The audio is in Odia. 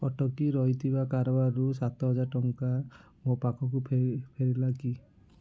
ଅଟକି ରହିଥିବା କାରବାରରୁ ସାତହଜାର ଟଙ୍କା ମୋ ପାଖକୁ ଫେରି ଫେରିଲା କି